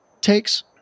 takes